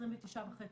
הועברו 29.5 מיליון.